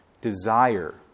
desire